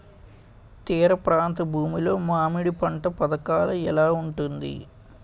తీర ప్రాంత భూమి లో మామిడి పంట పథకాల ఎలా ఉంటుంది?